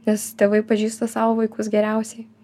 nes tėvai pažįsta savo vaikus geriausiai